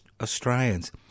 Australians